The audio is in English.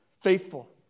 faithful